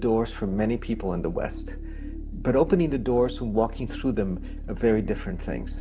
doors for many people in the west but opening the doors to walking through them a very different things